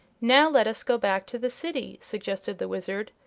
now let us go back to the city, suggested the wizard.